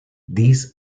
dies